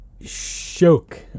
Shoke